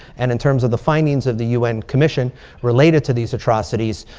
and in terms of the findings of the un commission related to these atrocities.